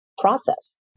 process